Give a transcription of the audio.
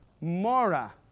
mora